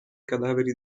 cadaveri